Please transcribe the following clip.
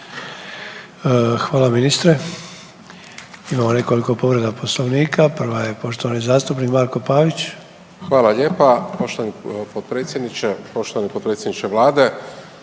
Hvala ministre. Imamo nekoliko povreda poslovnika, prava je poštovani zastupnik Marko Pavić. **Pavić, Marko (HDZ)** Hvala lijepa. Poštovani potpredsjedniče, poštovani potpredsjedniče vlade.